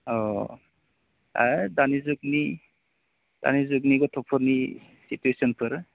अ ऐ दानि जुगनि गथ'फोरनि सिचुवेसनफोर